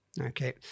okay